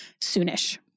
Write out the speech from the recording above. soonish